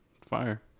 Fire